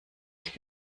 ich